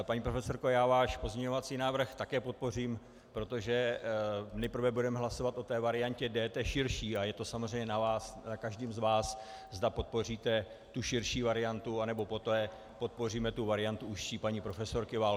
Paní profesorko, já váš pozměňovací návrh také podpořím, protože nejprve budeme hlasovat o variantě D, té širší, a je to samozřejmě na každém z vás, zda podpoříte tu širší variantu, anebo poté podpoříme variantu užší paní profesorky Válkové.